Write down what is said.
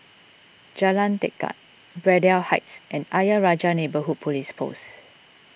Jalan Tekad Braddell Heights and Ayer Rajah Neighbourhood Police Post